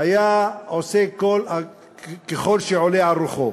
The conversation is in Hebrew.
הוא שהיה עושה ככל העולה על רוחו.